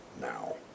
now